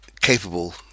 capable